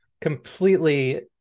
completely